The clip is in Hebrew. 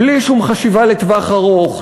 בלי שום חשיבה לטווח ארוך,